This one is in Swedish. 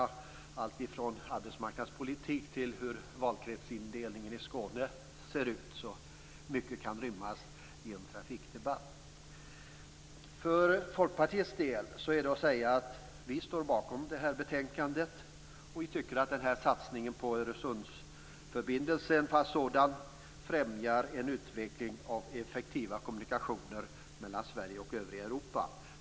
Det har gällt allt från arbetsmarknadspolitik till hur valkretsindelningen i Skåne ser ut. Mycket kan alltså rymmas i en trafikdebatt. Vi i Folkpartiet står bakom det här betänkandet. Vi tycker att satsningen på en fast Öresundsförbindelse främjar utvecklingen av effektiva kommunikationer mellan Sverige och övriga Europa.